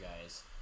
guys